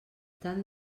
tant